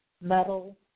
metal